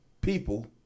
people